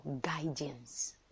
guidance